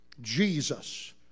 Jesus